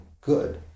good